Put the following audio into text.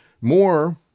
More